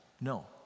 No